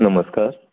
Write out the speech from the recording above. नमस्कार